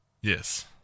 Yes